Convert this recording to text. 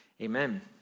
Amen